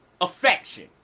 affection